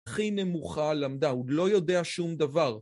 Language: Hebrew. ‫הכי נמוכה למדה, ‫הוא עוד לא יודע שום דבר.